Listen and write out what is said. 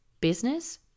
business